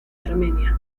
armenia